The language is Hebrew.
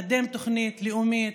קדם תוכנית לאומית,